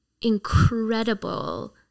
incredible